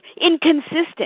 inconsistent